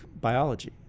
biology